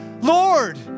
Lord